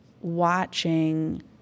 watching